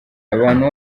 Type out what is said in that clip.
abantu